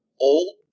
old